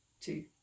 two